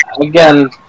again